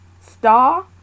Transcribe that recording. star